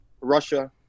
Russia